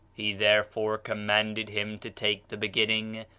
he therefore commanded him to take the beginning,